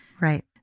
Right